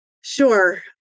Sure